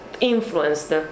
Influenced